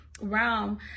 realm